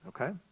Okay